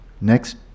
Next